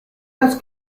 das